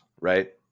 right